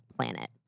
planet